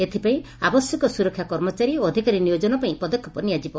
ଏଥିପାଇଁ ଆବଶ୍ୟକୀୟ ସୁରକ୍ଷା କର୍ମଚାରୀ ଓ ଅଧିକାରୀ ନିୟୋଜନ ପାଇଁ ପଦକ୍ଷେପ ନିଆଯିବ